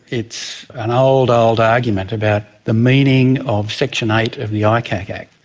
it's an old, old argument about the meaning of section eight of the icac act,